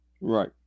right